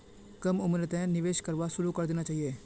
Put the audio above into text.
कम उम्रतें निवेश करवा शुरू करे देना चहिए